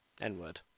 N-word